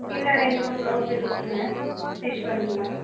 இல்லை ரெண்டு மூணு ப்ளவுஸ் இருக்குதுங்க ஸ்டிட்ச் பண்ணிக்கலாம்